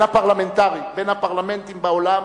בין הפרלמנטים בעולם,